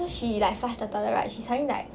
then she like flush the toilet right she suddenly like